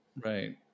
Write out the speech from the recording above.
right